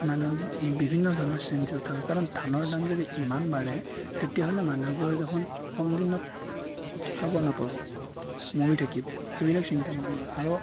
মানুহ বিভিন্ন ধৰণৰ চিন্তিত হয় কাৰণ ধানৰ দাম যদি ইমান বাঢ়ে তেতিয়াহ'লে মানুহবোৰে দেখোন কমদিনত খাব নাপাব মৰি থাকিব সেইবিলাক চিন্তা মানুহৰ আৰু